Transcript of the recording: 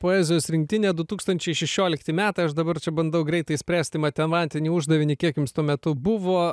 poezijos rinktinė du tūkstančiai šešiolikti metų aš dabar čia bandau greitai išspręsti matematinį uždavinį kiek jums tuo metu buvo